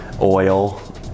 oil